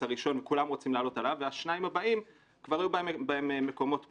הראשון וכולם רוצים לעלות עליו והשניים הבאים כבר היו בהם מקומות פנויים.